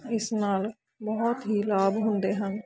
ਇਸ ਨਾਲ ਬਹੁਤ ਹੀ ਲਾਭ ਹੁੰਦੇ ਹਨ